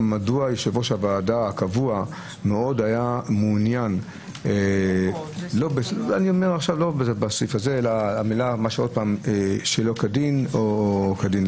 מדוע יושב-ראש הוועדה הקבוע היה מעוניין מאוד להוסיף "שלא כדין",